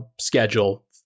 schedule